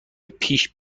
پیش